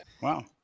Wow